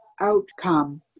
outcome